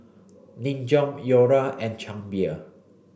Nin Jiom Iora and Chang Beer